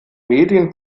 medien